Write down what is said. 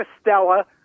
Stella